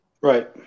Right